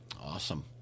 Awesome